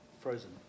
frozen